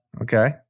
okay